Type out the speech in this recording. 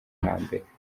hambere